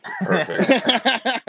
Perfect